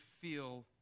feel